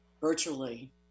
virtually